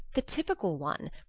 the typical one,